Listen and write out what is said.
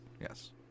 Yes